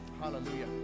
hallelujah